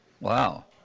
Wow